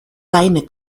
deine